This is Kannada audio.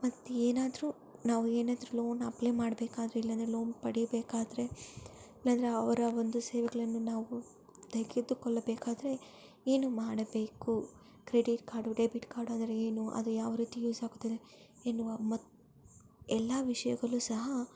ಮತ್ತು ಏನಾದ್ರೂ ನಾವೇನಾದ್ರೂ ಲೋನ್ ಅಪ್ಲೈ ಮಾಡಬೇಕಾದ್ರೆ ಇಲ್ಲಾಂದ್ರೆ ಲೋನ್ ಪಡಿಬೇಕಾದರೆ ಇಲ್ಲಾಂದ್ರೆ ಅವರ ಒಂದು ಸೇವೆಗಳನ್ನು ನಾವು ತೆಗೆದುಕೊಳ್ಳಬೇಕಾದ್ರೆ ಏನು ಮಾಡಬೇಕು ಕ್ರೆಡಿಟ್ ಕಾರ್ಡು ಡೆಬಿಟ್ ಕಾರ್ಡ್ ಅಂದರೆ ಏನು ಅದು ಯಾವ ರೀತಿ ಯೂಸ್ ಆಗುತ್ತದೆ ಎನ್ನುವ ಮತ್ತು ಎಲ್ಲ ವಿಷ್ಯಗಳು ಸಹ